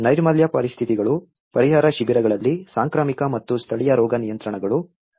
ನೈರ್ಮಲ್ಯ ಪರಿಸ್ಥಿತಿಗಳು ಪರಿಹಾರ ಶಿಬಿರಗಳಲ್ಲಿ ಸಾಂಕ್ರಾಮಿಕ ಮತ್ತು ಸ್ಥಳೀಯ ರೋಗ ನಿಯಂತ್ರಣಗಳು